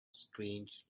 strange